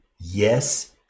Yes